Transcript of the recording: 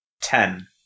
Ten